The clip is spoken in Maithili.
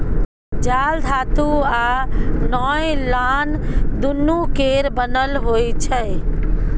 जाल धातु आ नॉयलान दुनु केर बनल होइ छै